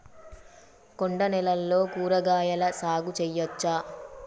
కొండ నేలల్లో కూరగాయల సాగు చేయచ్చా?